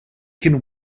can